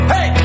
Hey